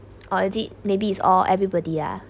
or is it maybe it's all everybody ah